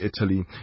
Italy